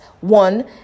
one